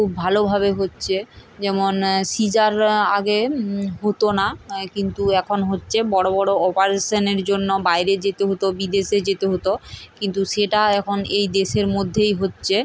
খুব ভালোভাবে হচ্ছে যেমন সিজার আগে হতো না কিন্তু এখন হচ্ছে বড় বড় অপারেশনের জন্য বাইরে যেতে হতো বিদেশে যেতে হতো কিন্তু সেটা এখন এই দেশের মধ্যেই হচ্ছে